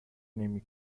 نمی